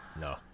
no